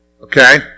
Okay